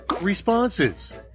responses